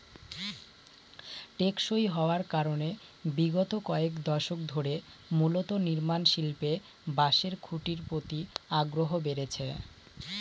টেকসই হওয়ার কারনে বিগত কয়েক দশক ধরে মূলত নির্মাণশিল্পে বাঁশের খুঁটির প্রতি আগ্রহ বেড়েছে